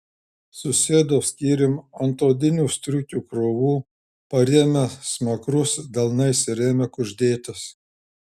susėdo skyrium ant odinių striukių krūvų parėmė smakrus delnais ir ėmė kuždėtis